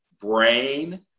brain